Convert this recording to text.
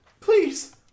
Please